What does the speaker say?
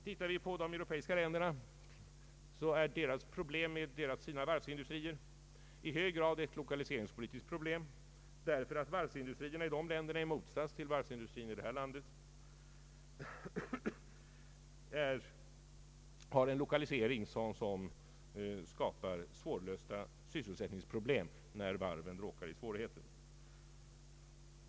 Tittar vi på de europeiska länderna finner vi att deras problem när det gäller varvsindustrin i hög grad är ett lokaliseringspolitiskt problem, därför att varvsindustrierna i dessa länder i motsats till varvsindustrin i vårt land har en lokalisering som skapar svårlösta sysselsättningsproblem när varven råkar i svårigheter.